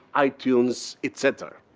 itunes, et cetera.